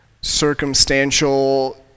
circumstantial